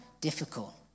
difficult